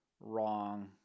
wrong